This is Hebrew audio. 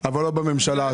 יכול להיות שזה משהו רפואי,